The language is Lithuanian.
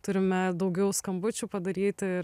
turime daugiau skambučių padaryti